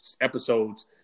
episodes